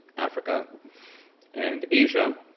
africa and asia.